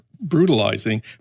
brutalizing